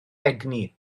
egni